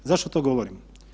Zašto to govorim?